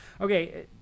okay